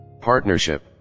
partnership